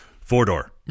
four-door